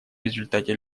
результате